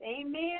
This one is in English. Amen